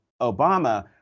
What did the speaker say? Obama